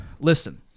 listen